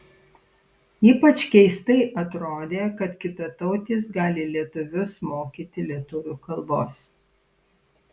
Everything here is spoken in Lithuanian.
ypač keistai atrodė kad kitatautis gali lietuvius mokyti lietuvių kalbos